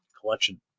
collection